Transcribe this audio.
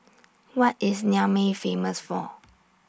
What IS Niamey Famous For